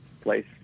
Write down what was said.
place